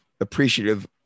appreciative